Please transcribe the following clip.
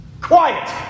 Quiet